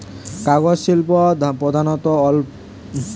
কাগজ শিল্প প্রধানত পাল্প আন্ড পেপার ইন্ডাস্ট্রি থেকে আসতিছে